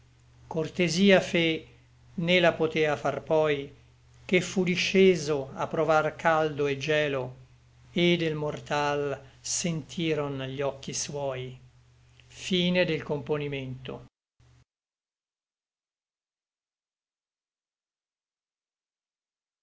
cortesia fe né la potea far poi che fu disceso a provar caldo et gielo et del mortal sentiron gli occhi suoi